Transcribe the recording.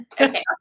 Okay